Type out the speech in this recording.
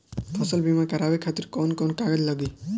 फसल बीमा करावे खातिर कवन कवन कागज लगी?